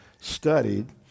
studied